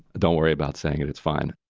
don't worry about saying it. it's fine